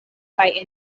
kaj